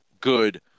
good